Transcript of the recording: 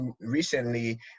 recently